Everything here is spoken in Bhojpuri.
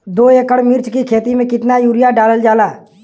दो एकड़ मिर्च की खेती में कितना यूरिया डालल जाला?